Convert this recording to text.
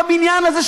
בבניין הזה,